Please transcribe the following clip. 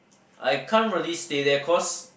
I can't really stay there cause